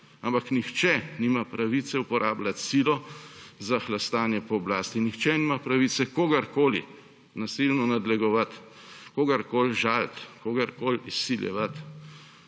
Ampak nihče nima pravice uporabljati sile za hlastanje po oblasti. Nihče nima pravice kogarkoli nasilno nadlegovati, kogarkoli žaliti, kogarkoli izsiljevati.